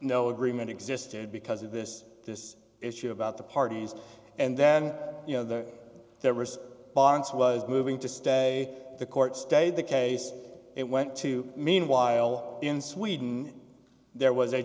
no agreement existed because of this this issue about the parties and then you know the their wrist barnes was moving to stay the court stayed the case it went to meanwhile in sweden there was a